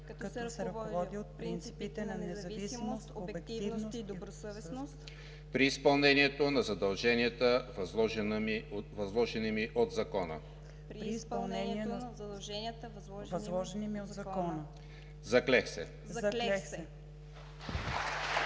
като се ръководя от принципите на независимост, обективност и добросъвестност при изпълнението на задълженията, възложени ми от Закона. Заклех се!“